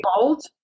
bold